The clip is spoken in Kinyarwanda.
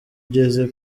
ugeze